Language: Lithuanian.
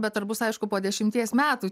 bet ar bus aišku po dešimties metų